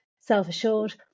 self-assured